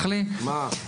בזמנים.